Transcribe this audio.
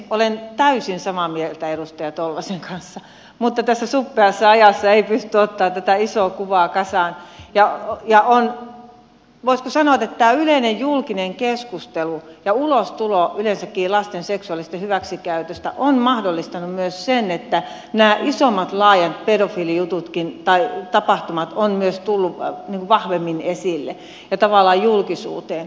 olen täysin samaa mieltä edustaja tolvasen kanssa mutta tässä suppeassa ajassa ei pysty ottamaan tätä isoa kuvaa kasaan ja voisiko sanoa että yleinen julkinen keskustelu ja ulostulo yleensäkin lasten seksuaalisesta hyväksikäytöstä on mahdollistanut myös sen että nämä isommat laajat pedofiilijututkin tai tapahtumat ovat myös tulleet vahvemmin esille ja tavallaan julkisuuteen